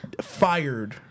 fired